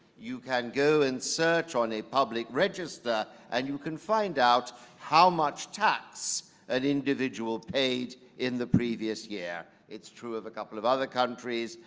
you can go and search on a public register and you can find out how much tax an individual paid in the previous year. it's true of a couple of other countries-norway,